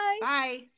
Bye